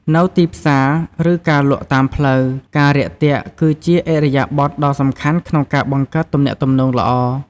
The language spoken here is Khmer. នៅទីផ្សារ ឬការលក់តាមផ្លូវ ការរាក់ទាក់គឺជាឥរិយាបថដ៏សំខាន់ក្នុងការបង្កើតទំនាក់ទំនងល្អ។